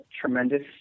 tremendous